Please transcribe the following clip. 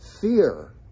Fear